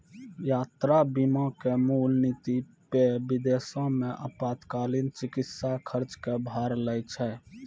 यात्रा बीमा के मूल नीति पे विदेशो मे आपातकालीन चिकित्सा खर्च के भार लै छै